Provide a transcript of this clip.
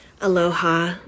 aloha